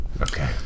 Okay